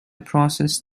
processed